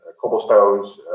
cobblestones